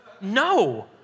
No